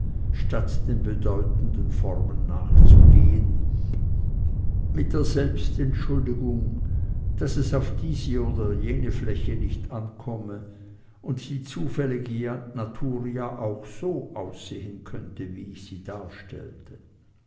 statt den bedeutenden formen nachzugehen mit der selbstentschuldigung daß es auf diese oder jene fläche nicht ankomme und die zufällige natur ja auch so aussehen könnte wie ich sie darstellte